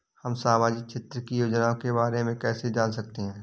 हम सामाजिक क्षेत्र की योजनाओं के बारे में कैसे जान सकते हैं?